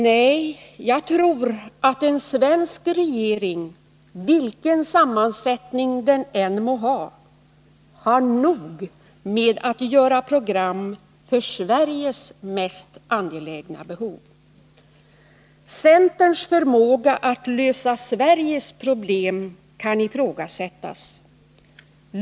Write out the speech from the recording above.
Nej, jag tror att en svensk regering — vilken sammansättning den än må ha — har nog med att göra program för Sveriges mest angelägna behov. Centerns förmåga att lösa Sveriges problem kan ifrågasättas.